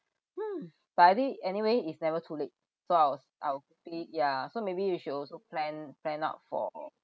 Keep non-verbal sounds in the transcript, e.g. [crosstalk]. [noise] but I think anyway it's never too late so I'll s~ I'll quickly ya so maybe you should also plan plan out for